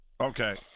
Okay